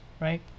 right